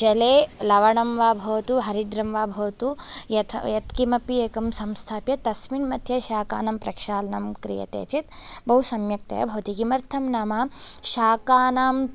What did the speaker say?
जले लवणं वा भवतु हरिद्रं वा भवतु यत्किमपि एकं संस्थाप्य तस्मिन् मध्ये शाकानां प्रक्षालनं क्रियते चेत् बहुसम्यक्तया भवति किमर्थं नाम शाकानां